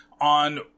on